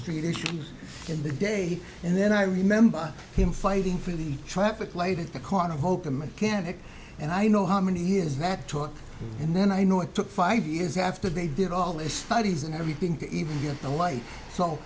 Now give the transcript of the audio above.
street issues in the day and then i remember him fighting for the traffic light at the corner hokum mechanic and i know how many years that taught and then i know it took five years after they did all the studies and everything to even get the life so